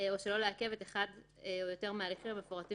או שלא לעכב את אחד או יותר מההליכים המפורטים